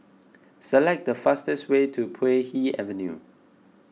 select the fastest way to Puay Hee Avenue